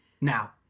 Now